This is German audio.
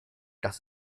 das